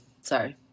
sorry